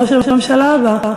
ראש הממשלה הבא,